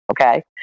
okay